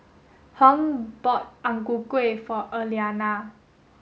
Hung bought Ang Ku Kueh for Elianna